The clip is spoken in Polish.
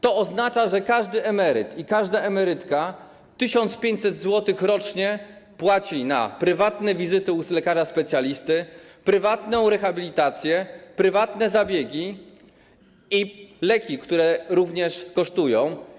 To oznacza, że każdy emeryt i każda emerytka 1500 zł rocznie płaci na prywatne wizyty u lekarzy specjalistów, prywatną rehabilitację, prywatne zabiegi i leki, które również kosztują.